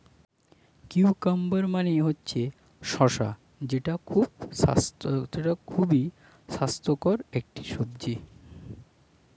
cucumber মানে হচ্ছে শসা যেটা খুবই স্বাস্থ্যকর একটি সবজি